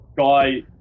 guy